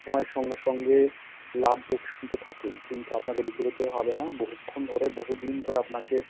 সময়ের সঙ্গে সঙ্গে লাভ লোকসান তো থাকেই কিন্তু আপনাকে বিচলিত হলে হবে না বহুক্ষণ ধরে বহুদিন ধরে আপনাকে